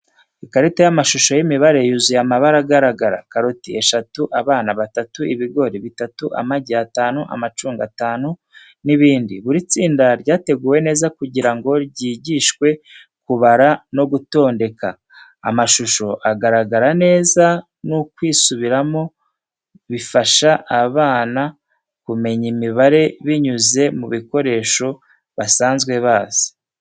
Ikarita y’amashusho y’imibare yuzuye amabara agaragara, karoti eshatu, abana batatu, ibigori bitatu, amagi atanu, amacunga atanu n’ibindi. Buri tsinda ryateguwe neza kugira ngo ryigishwe kubara no gutondeka. Amashusho agaragara neza n’ukwisubiramo bifasha abana kumenya imibare binyuze mu bikoresho basanzwe bazi.